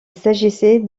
s’agissait